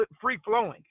free-flowing